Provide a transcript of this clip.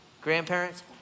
grandparents